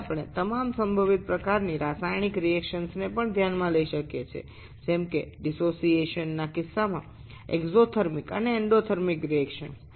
তারপরে আমরা বিয়োজন এর ক্ষেত্রে যেমন তাপ উৎপাদক এবং তাপ শোষক উভয় বিক্রিয়াই বিবেচনা করতে পারি